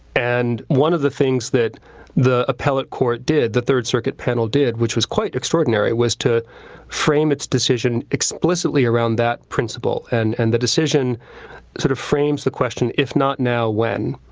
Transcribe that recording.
and one of the things that the appellate court did, the third circuit panel did, which was quite extraordinary, was to frame its decision explicitly around that principle. and and the decision sort of frames the question, if not now, when?